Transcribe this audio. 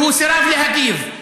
והוא סירב להגיב.